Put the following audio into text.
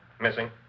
Missing